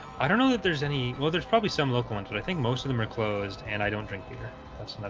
i don't know that there's any well, there's probably some local ones but i think most of them are closed and i don't drink either that's better.